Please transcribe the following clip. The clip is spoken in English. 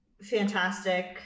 fantastic